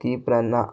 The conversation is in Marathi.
की त्यांना